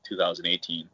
2018